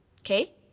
okay